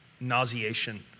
nauseation